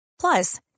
Plus